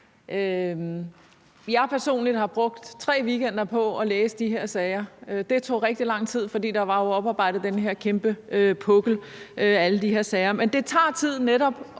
brugt tre weekender på at læse de her sager. Det tog rigtig lang tid, fordi der jo var oparbejdet den her kæmpe pukkel af alle de her sager.